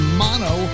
mono